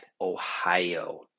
Ohio